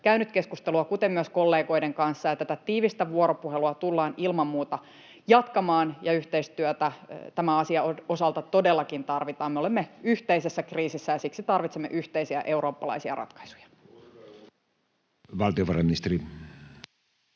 käynyt keskustelua, kuten myös kollegoiden kanssa, ja tätä tiivistä vuoropuhelua tullaan ilman muuta jatkamaan, ja yhteistyötä tämän asian osalta todellakin tarvitaan. Me olemme yhteisessä kriisissä, ja siksi tarvitsemme yhteisiä eurooppalaisia ratkaisuja. [Juha Mäenpää: